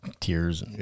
tears